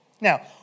Now